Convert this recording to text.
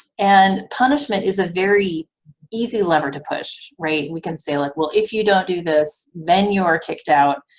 and punishment is a very easy lever to push, right? we can say, like well, if you don't do this, then you are kicked out,